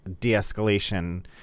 de-escalation